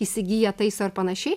įsigiję taiso ir panašiai